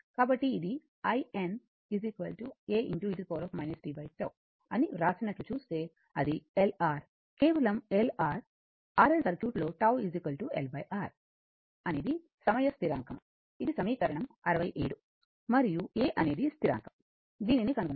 కాబట్టి ఇది in a e tτఅని వ్రాసినట్లు చూస్తే అది L R కేవలం L R R L circuit లో τ L R అనేది సమయ స్థిరాంకం ఇది సమీకరణం 67 మరియు a అనేది స్థిరాంకం దీనిని కనుగొనాలి